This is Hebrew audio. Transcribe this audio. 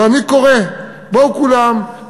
ואני קורא: בואו כולם,